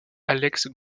alex